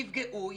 יפגעו,